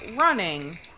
running